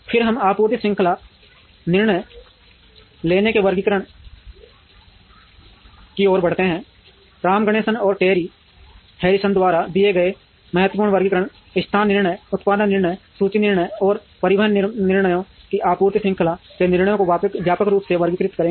फिर हम आपूर्ति श्रृंखला निर्णय लेने के वर्गीकरण की ओर बढ़ते हैं राम गणेशन और टेरी हैरिसन द्वारा दिए गए महत्वपूर्ण वर्गीकरण स्थान निर्णय उत्पादन निर्णय सूची निर्णय और परिवहन निर्णयों में आपूर्ति श्रृंखला के निर्णयों को व्यापक रूप से वर्गीकृत करेंगे